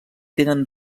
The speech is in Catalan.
tenen